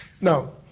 Now